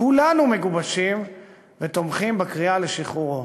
כולנו מגובשים ותומכים בקריאה לשחרורו.